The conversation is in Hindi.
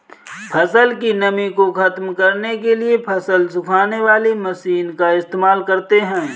फसल की नमी को ख़त्म करने के लिए फसल सुखाने वाली मशीन का इस्तेमाल करते हैं